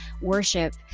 worship